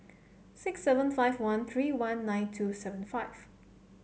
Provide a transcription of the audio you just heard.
six seven five one three one nine two seven five